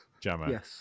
Jammer